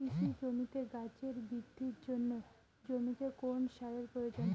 কৃষি জমিতে গাছের বৃদ্ধির জন্য জমিতে কোন সারের প্রয়োজন?